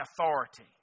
authority